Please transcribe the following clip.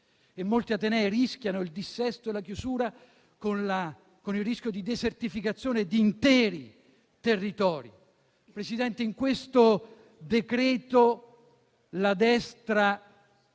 e molti altri rischiano il dissesto e la chiusura, con il rischio di desertificazione di interi territori. In questo decreto la destra